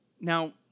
Now